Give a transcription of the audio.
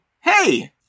Hey